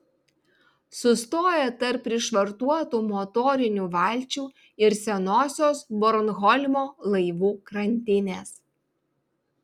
sustoja tarp prišvartuotų motorinių valčių ir senosios bornholmo laivų krantinės